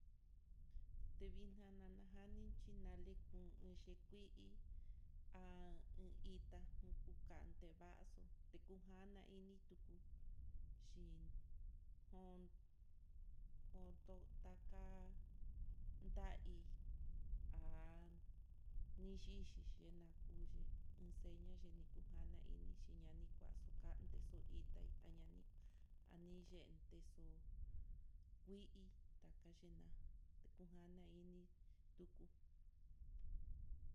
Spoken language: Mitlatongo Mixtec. Tevixnana janinchí ninali kuu iinchi kui, a iin itá kukanevaxo tekujana ini tuku xhin jon jonto taka tahí há iyixhi nakuni iinxeñaxhi ni kuu jana inixhi ñani kuxukanti xo'o ité ñani ayii nete xo'ó kui'í takaxhina nana ini tuku.